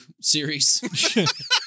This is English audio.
series